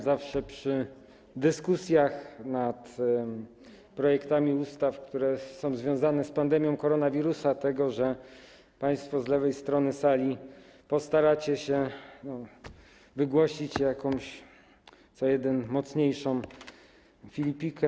Zawsze podczas dyskusji nad projektami ustaw, które są związane z pandemią koronawirusa, państwo z lewej strony sali staracie się wygłosić jakąś - co jeden, to mocniejszą - filipikę.